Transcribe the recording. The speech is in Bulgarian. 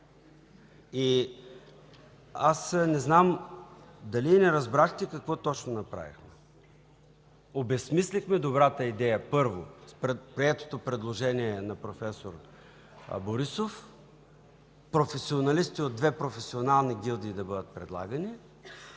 Не знам дали не разбрахте какво точно направихме. Обезсмислихме добрата идея – първо, с приетото предложение на проф. Борисов професионалистите от две професионални гилдии да бъдат предлагани